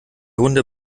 hunde